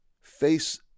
face